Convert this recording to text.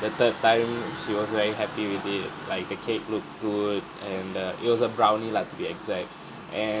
the third time she was very happy with it like the cake looked good and uh it was a brownie lah to be exact and